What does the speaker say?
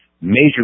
major